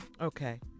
Okay